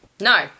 No